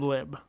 Lib